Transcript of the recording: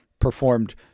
performed